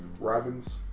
Robin's